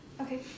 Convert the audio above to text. Okay